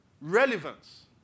relevance